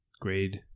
grade